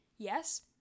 Yes